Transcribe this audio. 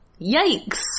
Yikes